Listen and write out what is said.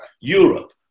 Europe